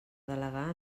delegar